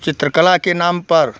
चित्रकला के नाम पर